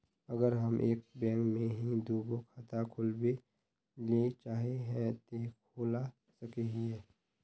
अगर हम एक बैंक में ही दुगो खाता खोलबे ले चाहे है ते खोला सके हिये?